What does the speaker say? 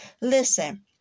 Listen